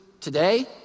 today